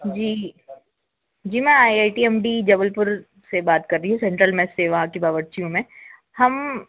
जी जी मैं I I T M D Jabalpur से बात कर रहीं हूँ सेंट्रल मेस सेवा की बावर्ची हूँ मैं हम